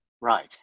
Right